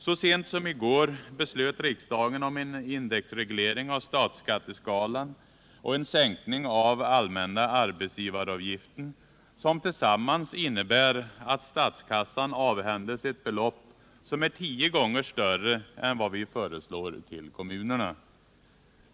Så sent som i går beslöt riksdagen om en indexreglering av statsskatteskalan och en sänkning av allmänna arbetsgivaravgiften, som tillsammans innebär att statskassan avhänds ett belopp som är tio gånger större än vad vi föreslår till kommunerna.